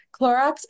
Clorox